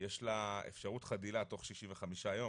יש לה אפשרות חדילה תוך שישים וחמישה יום